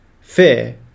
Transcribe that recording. fear